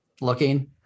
looking